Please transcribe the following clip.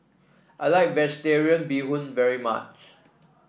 I like vegetarian Bee Hoon very much